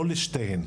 לא לשתיהן,